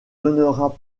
donnera